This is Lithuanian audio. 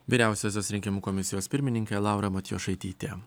vyriausiosios rinkimų komisijos pirmininkė laura matijošaitytė